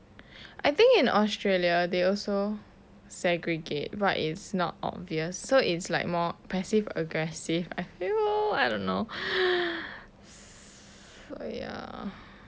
I think in australia they also segregate but it's not obvious so it's like more passive aggressive I feel I don't know so ya